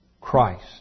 Christ